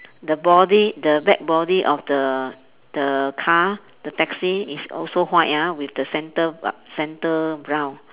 the body the back body of the the car the taxi is also white ah with the centre bra~ centre brown